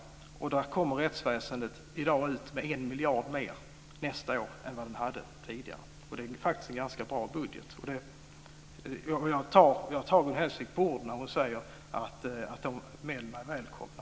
Rättsväsendet kommer ut med en miljard mer nästa år än vad det hade tidigare. Det är en ganska bra budget. Jag tar Gun Hellsvik på orden när hon säger att medlen är välkomna.